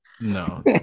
No